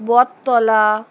বটতলা